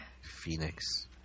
Phoenix